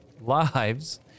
lives